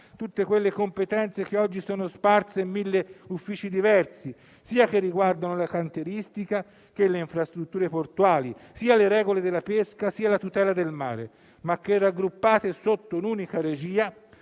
tutte quelle competenze che oggi sono sparse in mille uffici diversi - sia che riguardino la cantieristica, le infrastrutture portuali, le regole della pesca o la tutela del mare - ma che, raggruppate sotto un'unica regia,